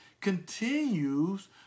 continues